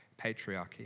patriarchy